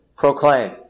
Proclaim